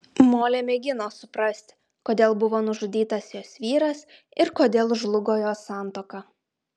molė mėgino suprasti kodėl buvo nužudytas jos vyras ir kodėl žlugo jos santuoka